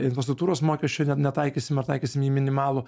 infrastruktūros mokesčio ne netaikysim ar taikysim jį minimalų